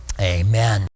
Amen